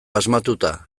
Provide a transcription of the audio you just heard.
asmatuta